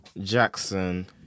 Jackson